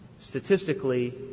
Statistically